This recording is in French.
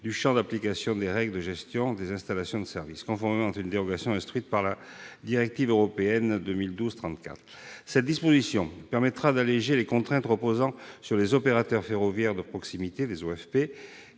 -du champ d'application des règles de gestion des installations de service, conformément à une dérogation instruite par la directive 2012/34/UE. L'adoption de cette disposition permettra d'alléger les contraintes reposant sur les opérateurs ferroviaires de proximité, qui sont